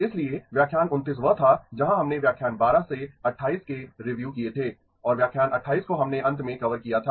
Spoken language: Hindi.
इसलिए व्याख्यान 29 वह था जहां हमने व्याख्यान 12 से 28 के रीव्यू किये थे और व्याख्यान 28 को हमने अंत मे कवर किया था